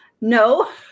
No